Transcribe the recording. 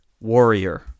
warrior